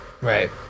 Right